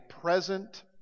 present